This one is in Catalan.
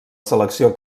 selecció